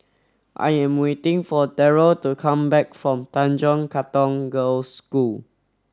I am waiting for Terrell to come back from Tanjong Katong Girls' School